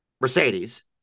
mercedes